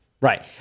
Right